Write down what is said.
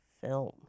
film